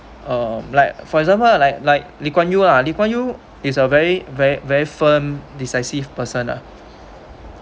um like for example like like Lee Kuan Yew lah Lee Kuan Yew is of a very very firm decisive person ah